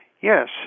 Yes